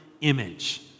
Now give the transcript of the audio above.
image